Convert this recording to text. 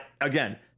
Again